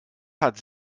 hat